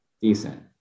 decent